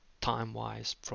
time-wise